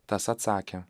tas atsakė